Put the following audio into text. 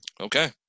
Okay